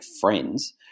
friends